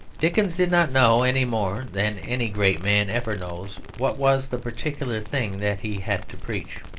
dickens did not know, anymore than any great man ever knows, what was the particular thing that he had to preach.